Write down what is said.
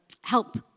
help